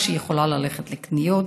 כשהיא יכולה ללכת לקניות,